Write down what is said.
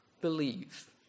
believe